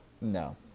No